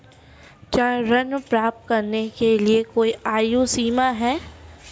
क्या ऋण प्राप्त करने के लिए कोई आयु सीमा है?